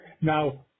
now